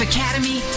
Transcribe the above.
Academy